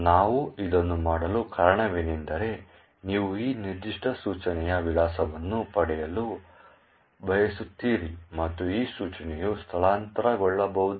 ನಾವು ಇದನ್ನು ಮಾಡಲು ಕಾರಣವೆಂದರೆ ನೀವು ಈ ನಿರ್ದಿಷ್ಟ ಸೂಚನೆಯ ವಿಳಾಸವನ್ನು ಪಡೆಯಲು ಬಯಸುತ್ತೀರಿ ಮತ್ತು ಈ ಸೂಚನೆಯು ಸ್ಥಳಾಂತರಗೊಳ್ಳಬಹುದು